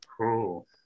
Cool